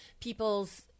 People's